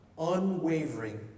unwavering